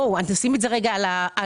בואו נשים את זה רגע על השולחן.